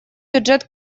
бюджет